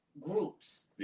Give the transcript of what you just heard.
groups